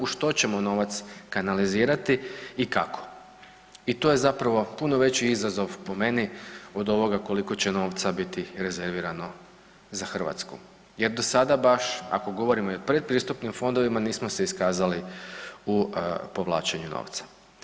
U što ćemo novac kanalizirati i kako i to je zapravo puno veći izazov po meni od ovoga koliko će novaca biti rezervirano za Hrvatsku jer do sada baš ako govorimo i o predpristupnim fondovima nismo se iskazali u povlačenju novaca.